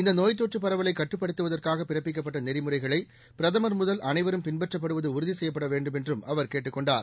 இநத நோய் தொற்று பரவலை கட்டுப்படுத்துவதற்காக பிறப்பிக்கப்பட்ட நெறிமுறைகளை பிரதமா் முதல் அனைவரும் பின்பற்றப்படுவது உறுதி செய்யப்பட வேண்டுமென்றும் அவர் கேட்டுக் கொண்டார்